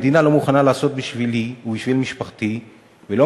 המדינה לא מוכנה לעשות בשבילי ובשביל משפחתי ולא